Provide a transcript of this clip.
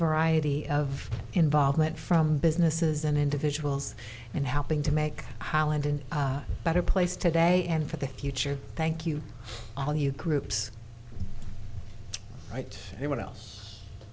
variety of involvement from businesses and individuals and helping to make holland in a better place today and for the future thank you all you groups right here what else